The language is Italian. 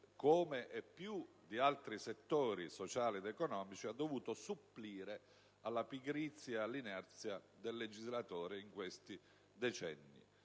come e più che in altri settori sociali e economici, ha dovuto supplire alla pigrizia e all'inerzia del legislatore in questi decenni.